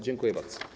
Dziękuję bardzo.